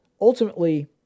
Ultimately